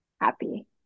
happy